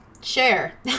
share